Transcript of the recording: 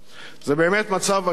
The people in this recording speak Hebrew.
זה באמת מצב עגום,